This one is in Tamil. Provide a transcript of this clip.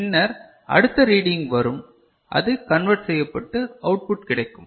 பின்னர் அடுத்த ரீடிங் வரும் அது கன்வெர்ட் செய்யப்பட்டு அவுட்புட் கிடைக்கும்